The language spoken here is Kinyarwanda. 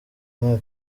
nta